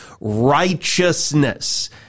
righteousness